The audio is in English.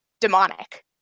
demonic